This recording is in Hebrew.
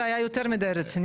זה היה יותר מידי רציני.